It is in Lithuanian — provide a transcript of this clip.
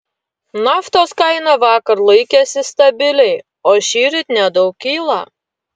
naftos kaina vakar laikėsi stabiliai o šįryt nedaug kyla